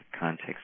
context